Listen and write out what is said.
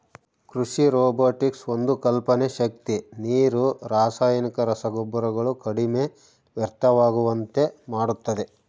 ಕೃಷಿ ರೊಬೊಟಿಕ್ಸ್ ಒಂದು ಕಲ್ಪನೆ ಶಕ್ತಿ ನೀರು ರಾಸಾಯನಿಕ ರಸಗೊಬ್ಬರಗಳು ಕಡಿಮೆ ವ್ಯರ್ಥವಾಗುವಂತೆ ಮಾಡುತ್ತದೆ